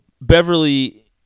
Beverly